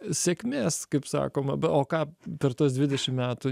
sėkmės kaip sakoma o ką per tuos dvidešim metų